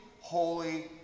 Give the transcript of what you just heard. holy